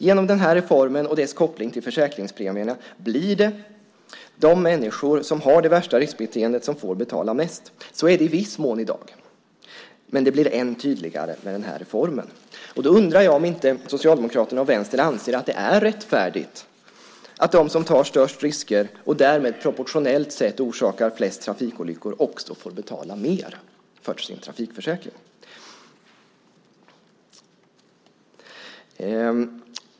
Genom den här reformen och dess koppling till försäkringspremierna blir det de människor som har det värsta riskbeteendet som får betala mest. Så är det i viss mån i dag, men det blir än tydligare med den här reformen. Då undrar jag om inte Socialdemokraterna och Vänstern anser att det är rättfärdigt att de som tar störst risker och därmed proportionellt sett orsakar flest trafikolyckor också får betala mer för sin trafikförsäkring.